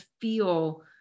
feel